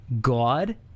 God